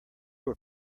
were